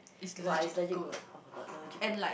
!wah! it's legit good [oh]-my-god legit good